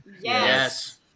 Yes